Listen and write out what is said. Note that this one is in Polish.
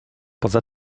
poza